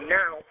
now